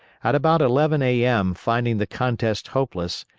at about eleven a m, finding the contest hopeless,